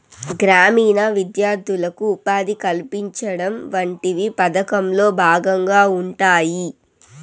గ్రామీణ విద్యార్థులకు ఉపాధి కల్పించడం వంటివి పథకంలో భాగంగా ఉంటాయి